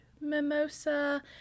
mimosa